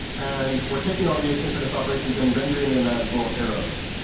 and we're taking all the asynchronous operations and rendering them as little arrows.